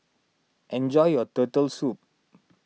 enjoy your Turtle Soup